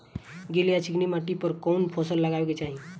गील या चिकन माटी पर कउन फसल लगावे के चाही?